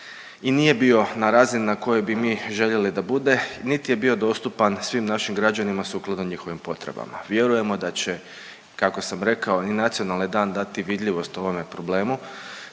i nije bio na razini na kojoj bi mi željeli da bude, niti je bio dostupan svim našim građanima sukladno njihovim potrebama. Vjerujemo da će, kako sam rekao, i nacionalni dan dati vidljivost ovome problemu,